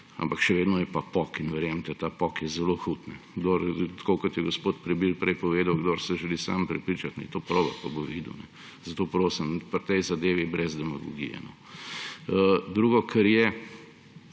Ampak še vedno je pa pok. In verjemite, ta pok je zelo hud. Kot je gospod Prebil prej povedal, kdor se želi sam prepričati, naj to proba, pa bo videl. Zato prosim, pri tej zadevi brez demagogije. Drugo, kar je,